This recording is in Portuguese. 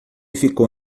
ficou